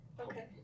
Okay